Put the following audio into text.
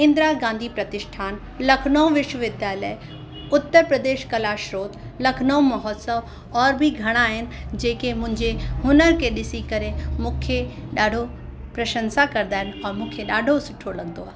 इंद्रा गांधी प्रतिष्ठान लखनऊ विश्वविद्यालय उत्तर प्रदेश कला श्रोत लखनऊ महोत्सव और बि घणा आहिनि जेके मुंहिंजे हुनर के ॾिसी करे मूंखे ॾाढो प्रशंसा करंदा आहिनि और मूंखे ॾाढो सुठो लॻंदो आहे